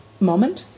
moment